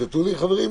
16:09.)